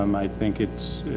um i think it's,